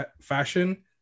fashion